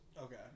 Okay